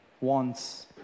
wants